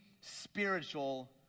spiritual